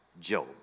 Job